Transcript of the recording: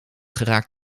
geraakt